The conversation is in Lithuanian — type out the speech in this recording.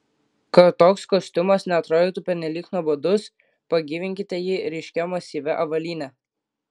kad toks kostiumas neatrodytų pernelyg nuobodus pagyvinkite jį ryškia masyvia avalyne